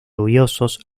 lluviosos